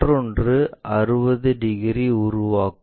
மற்றொன்று 60 டிகிரி உருவாக்கும்